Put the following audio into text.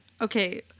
okay